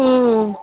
हुँ